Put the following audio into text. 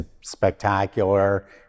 spectacular